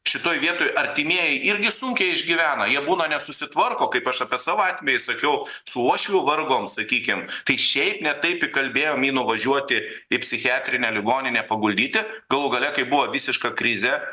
šitoje vietoj artimieji irgi sunkiai išgyvena jie būna nesusitvarko kaip aš apie savo atvejį sakiau su uošviu vargom sakykim tai šiaip ne taip įkalbėjom jį nuvažiuoti į psichiatrinę ligoninę paguldyti galų gale kai buvo visiška krizė